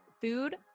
food